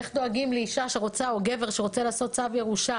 איך דואגים לאישה או לגבר שרוצה לעשות צו ירושה